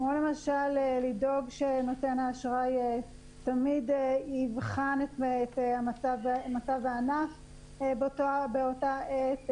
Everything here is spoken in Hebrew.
כמו למשל לדאוג שנותן האשראי תמיד יבחן את מצב הענף באותה עת.